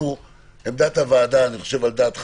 עמדת הוועדה, על דעת חבריה,